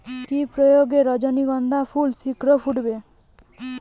কি প্রয়োগে রজনীগন্ধা ফুল শিঘ্র ফুটবে?